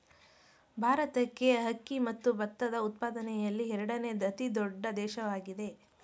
ಭಾರತಕ್ಕೆ ಅಕ್ಕಿ ಮತ್ತು ಭತ್ತದ ಉತ್ಪಾದನೆಯಲ್ಲಿ ಎರಡನೇ ಅತಿ ದೊಡ್ಡ ದೇಶವಾಗಿದೆ